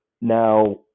now